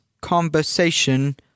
conversation